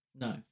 No